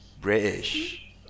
British